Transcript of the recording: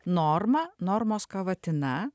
norma normos kavatina